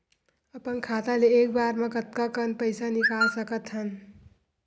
अपन खाता ले एक बार मा कतका पईसा निकाल सकत हन?